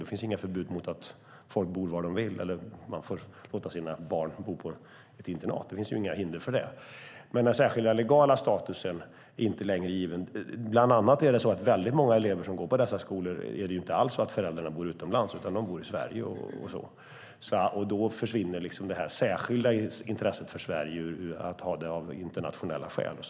Det finns inga förbud mot att man låter sina barn bo på internat. Det finns inga hinder för det. Men den särskilda legala statusen är inte längre given. För många elever på dessa skolor är det inte alls så att föräldrarna bor utomlands, och då försvinner det särskilda intresset för Sverige av att ha detta av internationella skäl.